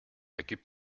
ergibt